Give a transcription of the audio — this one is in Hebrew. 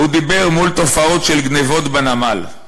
הוא דיבר על תופעות של גנבות בנמל: